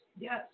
yes